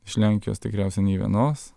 iš lenkijos tikriausiai nei vienos